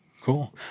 Cool